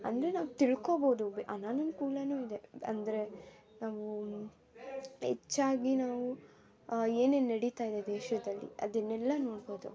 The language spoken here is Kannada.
ಅಂದರೆ ನಾವು ತಿಳ್ಕೊಳ್ಬೋದು ಬೆ ಅನಾನುಕೂಲವೂ ಇದೆ ಅಂದರೆ ನಾವು ಹೆಚ್ಚಾಗಿ ನಾವು ಏನೇನು ನಡೀತಾ ಇದೆ ದೇಶದಲ್ಲಿ ಅದನ್ನೆಲ್ಲ ನೋಡ್ಬೋದು